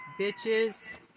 Bitches